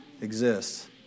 exists